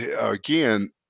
again